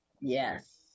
Yes